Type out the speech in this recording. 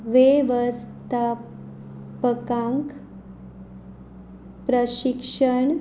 वेवस्थापकांक प्रशिक्षण